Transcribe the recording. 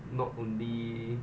not only